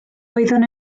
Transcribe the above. oeddwn